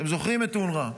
אתם זוכרים את אונר"א.